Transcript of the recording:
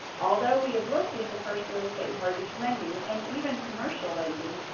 although we have looked into first real estate mortgage lending, and even commercial lending,